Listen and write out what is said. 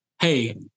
hey